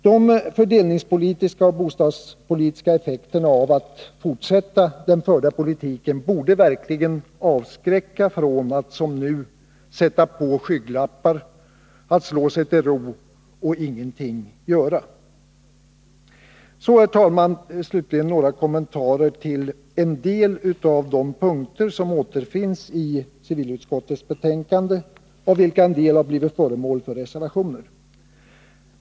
De fördelningspolitiska och bostadspolitiska effekterna av att fortsätta den förda politiken borde verkligen avskräcka från att som nu sätta på skygglappar, slå sig till ro och ingenting göra! Så, herr talman, slutligen några kommentarer till en del av de punkter som återfinns i civilutskottets betänkande, av vilka en del har blivit föremål för reservationer.